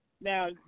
Now